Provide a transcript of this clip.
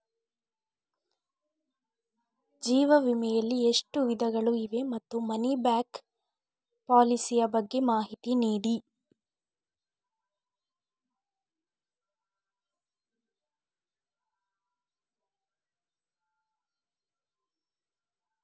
ಜೀವ ವಿಮೆ ಯಲ್ಲಿ ಎಷ್ಟು ವಿಧಗಳು ಇವೆ ಮತ್ತು ಮನಿ ಬ್ಯಾಕ್ ಪಾಲಿಸಿ ಯ ಬಗ್ಗೆ ಮಾಹಿತಿ ನೀಡಿ?